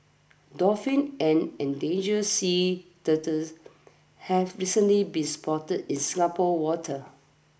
dolphins and endangered sea turtles have recently been spotted in Singapore's waters